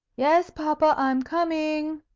yes, papa, i'm coming.